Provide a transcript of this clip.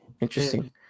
interesting